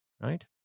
right